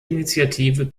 initiative